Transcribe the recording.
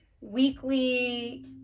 weekly